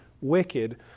wicked